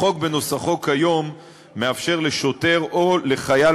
החוק בנוסחו כיום מאפשר לשוטר או לחייל